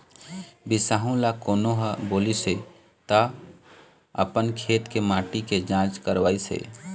बिसाहू ल कोनो ह बोलिस हे त अपन खेत के माटी के जाँच करवइस हे